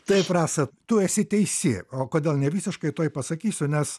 taip rasa tu esi teisi o kodėl nevisiškai tuoj pasakysiu nes